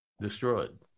destroyed